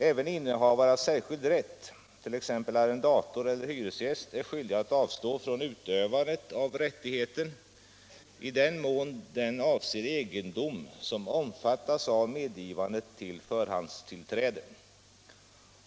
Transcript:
Även innehavare av särskild rätt, t.ex. arrendator eller hyresgäst, är skyldig att avstå från utövandet av rättigheten i den mån den avser egendom som omfattas av medgivandet till förhandstillträde.